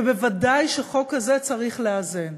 ובוודאי שהחוק הזה צריך לאזן,